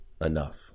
enough